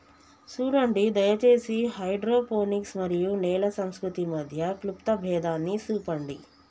సూడండి దయచేసి హైడ్రోపోనిక్స్ మరియు నేల సంస్కృతి మధ్య క్లుప్త భేదాన్ని సూపండి